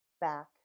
back